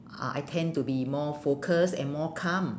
uh I tend to be more focus and more calm